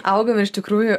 augam iš tikrųjų